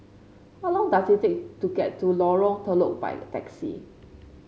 how long does it take to get to Lorong Telok by taxi